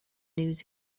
news